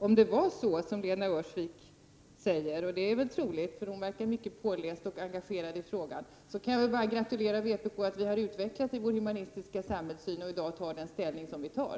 Om det var så som Lena Öhrsvik säger — och det är troligt, för hon verkar mycket påläst och engagerad i frågan —, kan jag väl bara gratulera oss inom vpk till att vi har utvecklats i vår humana samhällssyn och i dag intar den ståndpunkt som vi har.